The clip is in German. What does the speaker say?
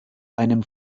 einem